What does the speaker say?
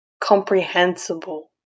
comprehensible